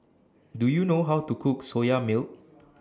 Do YOU know How to Cook Soya Milk